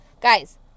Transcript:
Guys